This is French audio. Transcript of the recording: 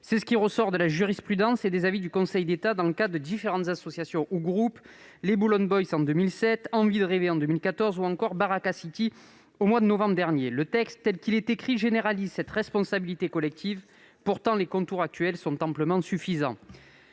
C'est ce qui ressort de la jurisprudence et des avis du Conseil d'État dans le cas de différents groupes ou associations : les Boulogne Boys en 2008, Envie de rêver en 2014 ou encore BarakaCity au mois de novembre dernier. La rédaction actuelle du texte tend à généraliser cette responsabilité collective ; pourtant, les dispositions actuelles sont amplement suffisantes.